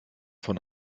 von